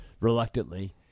reluctantly